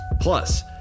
Plus